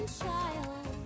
child